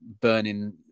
burning